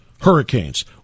hurricanes